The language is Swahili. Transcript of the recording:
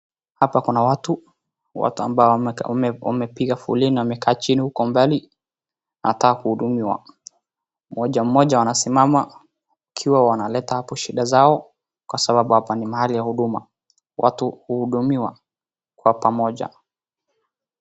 Hapa kuna watu wakamba wamepiga foleni amekaa chini uko mbali anataka kuhudumiwa mmoja mmoja anasimama wakiwa wanaleta hapo shida zao kwa sababu hapa ni mahali ya huduma. Watu huhudumiwa kwa pamoja.